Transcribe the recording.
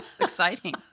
exciting